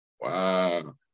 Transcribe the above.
Wow